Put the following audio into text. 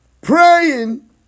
Praying